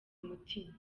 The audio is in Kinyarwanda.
umutima